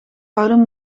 houden